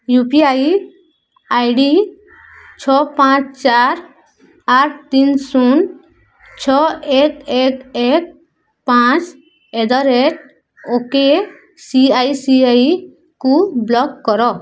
you P I I D ଛଅ ପାଞ୍ଚ ଚାରି ଆଠ ତିନି ଶୂନ ଛଅ ଏକ ଏକ ଏକ ପାଞ୍ଚ ଆଟ୍ ଦ ରେଟ୍ ଓକେସିଆଇସିଆଇକୁ ବ୍ଲକ୍ କର